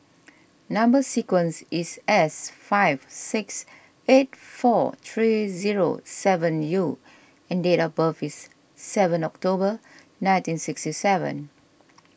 Number Sequence is S five six eight four three zero seven U and date of birth is seven October nineteen sixty seven